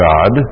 God